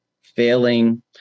failing